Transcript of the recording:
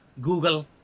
google